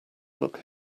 look